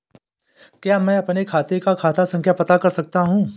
क्या मैं अपने खाते का खाता संख्या पता कर सकता हूँ?